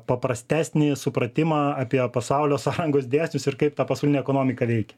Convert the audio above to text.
paprastesnį supratimą apie pasaulio sąrangos dėsnius ir kaip ta pasaulinė ekonomika veikia